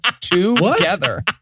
together